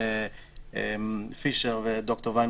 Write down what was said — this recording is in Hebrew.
עו"ד פישר וד"ר וינרוט,